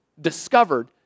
discovered